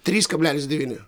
trys kablelis devyni